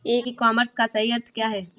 ई commerce का सही अर्थ क्या है?